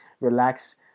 relax